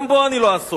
גם בו אני לא אעסוק.